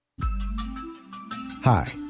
Hi